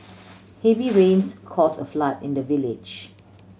heavy rains cause a flood in the village